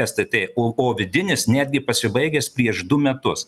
stt o o vidinis netgi pasibaigęs prieš du metus